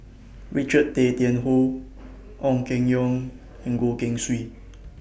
Richard Tay Tian Hoe Ong Keng Yong and Goh Keng Swee